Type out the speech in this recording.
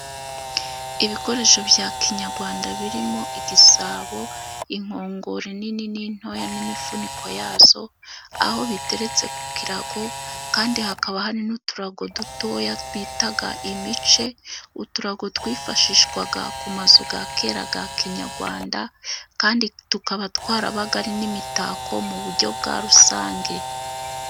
Ibikoresho bya kinyarwanda birimo igisabo ,inkongoro inini n' intoya n'imifuniko yazo aho biteretse ku kirago kandi hakaba hari n'uturago dutoya bitaga imice .uturago twifashishwaga ku mazu ya kera ya kinyarwanda kandi tukaba twarabaga ari n'imitako mu buryo bwa rusange.